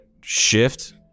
shift